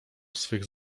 swych